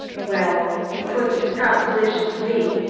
well, he puts the proposition to me,